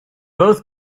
both